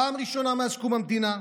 פעם ראשונה מאז קום המדינה.